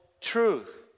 truth